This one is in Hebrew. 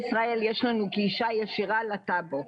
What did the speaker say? יש לנו גישה ישירה לטאבו,